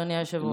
אדוני היושב-ראש.